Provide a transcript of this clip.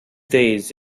days